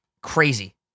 Crazy